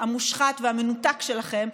המושחת והמנותק שלכם,